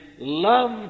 love